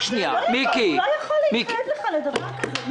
מיקי, הוא לא יכול להתחייב לך לדבר כזה.